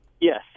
Yes